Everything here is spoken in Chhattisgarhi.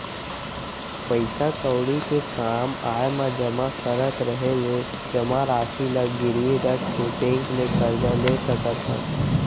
पइसा कउड़ी के काम आय म जमा करत रहें ले जमा रासि ल गिरवी रख के बेंक ले करजा ले सकत हस